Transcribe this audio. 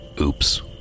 Oops